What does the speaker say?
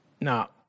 Now